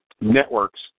networks –